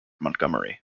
montgomery